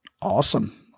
Awesome